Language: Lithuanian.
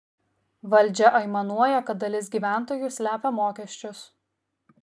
valdžia aimanuoja kad dalis gyventojų slepia mokesčius